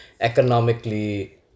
economically